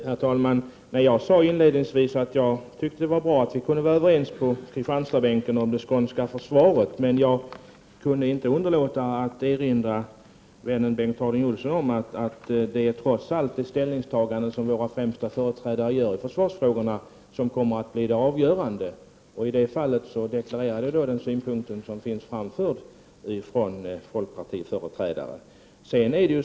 Herr talman! Jag sade inledningsvis att jag tyckte att det var bra att vi på Kristianstadsbänken kunde vara överens om det skånska försvaret, men jag kunde inte underlåta att erinra vännen Bengt Harding Olson om att det trots allt är ett ställningstagande som våra främsta företrädare gör i försvarsfrågorna som kommer att bli avgörande. I det fallet deklarerade jag den synpunkt som har framförts från folkpartiets företrädare.